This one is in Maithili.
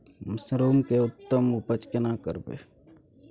मसरूम के उत्तम उपज केना करबै?